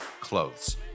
clothes